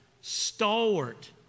stalwart